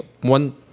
one